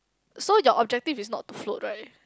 so your objective is not to float right